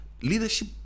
leadership